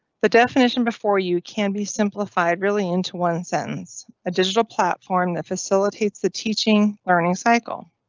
the definition before you can be simplified really into one sentence. a digital platform that facilitates the teaching learning cycle.